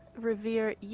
Revere